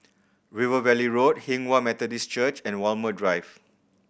River Valley Road Hinghwa Methodist Church and Walmer Drive